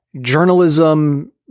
Journalism